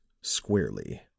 squarely